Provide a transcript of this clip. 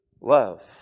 love